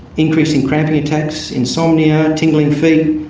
increasing cramping attacks, insomnia, tingling feet.